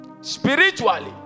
spiritually